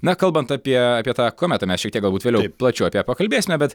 na kalbant apie apie tą kometą mes šiek tiek galbūt vėliau plačiau apie ją pakalbėsime bet